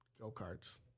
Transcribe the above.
Go-karts